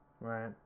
right